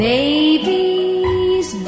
Baby's